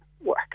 work